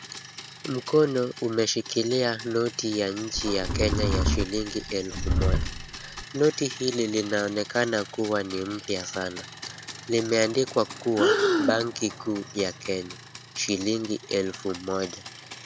Mkono umeshikilia noti ya nchi ya Kenya ya shilingi elfu moja. Noti hili linaonekana kuwa ni mpya sana, limeandikwa kuwa banki kuu ya Kenya, shilingi elfu moja.